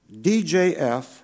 DJF